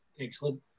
Excellent